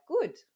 good